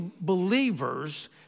believers